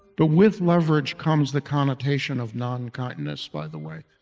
but with leverage comes the connotation of non-continence, by the way,